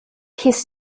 his